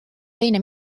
teine